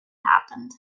happened